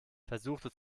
versuchte